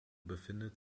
befindet